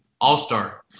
All-Star